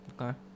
Okay